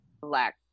black